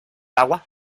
agua